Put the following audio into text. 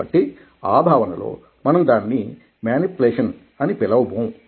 కాబట్టి ఆ భావనలో మనం దానిని మేనిప్లేషన్ అని పిలవ బోము